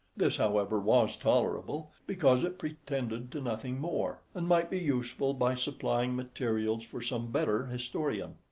this, however, was tolerable, because it pretended to nothing more and might be useful by supplying materials for some better historian.